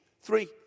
Three